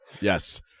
Yes